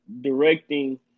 directing